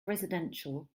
residential